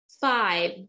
Five